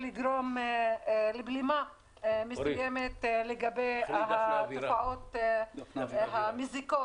במטרה לגרום לבלימה מסוימת לגבי התופעות המזיקות